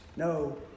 No